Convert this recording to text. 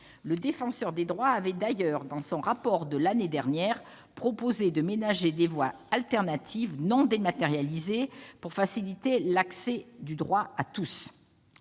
Le Défenseur des droits a d'ailleurs, dans son rapport de l'année dernière, proposé de ménager des voies alternatives non dématérialisées pour faciliter l'accès du droit à tous.